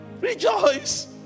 rejoice